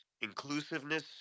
inclusiveness